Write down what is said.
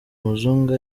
umuzungu